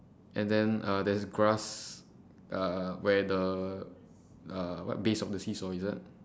and then uh there's grass uh where the uh what base of the seesaw is it